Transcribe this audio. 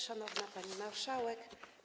Szanowna Pani Marszałek!